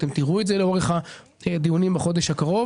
כך גם יהיה ביחס לכלכלה